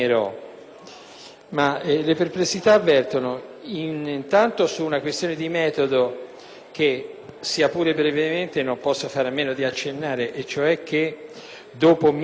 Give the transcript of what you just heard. Le perplessità vertono intanto su una questione di metodo che, sia pur brevemente, non posso fare a meno di accennare e cioè che, dopo mesi